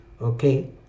Okay